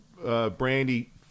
Brandy